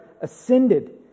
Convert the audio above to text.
ascended